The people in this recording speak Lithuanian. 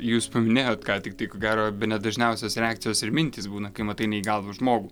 jūs paminėjot ką tik tai ko gero bene dažniausios reakcijos ir mintys būna kai matai neįgalų žmogų